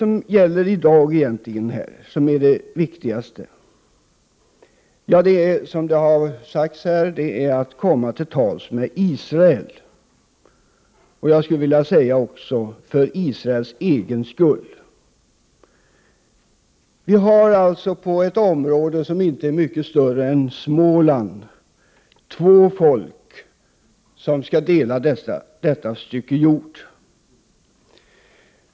Vad är det då som är det viktigaste här i dag? Det är, som har sagts här, att komma till tals med Israel, också för Israels egen skull. Vi har alltså, på ett område som inte är mycket större än Småland, två folk som skall dela detta stycke jord.